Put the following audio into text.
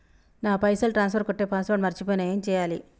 నా పైసల్ ట్రాన్స్ఫర్ కొట్టే పాస్వర్డ్ మర్చిపోయిన ఏం చేయాలి?